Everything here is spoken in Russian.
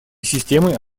системы